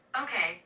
Okay